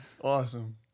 awesome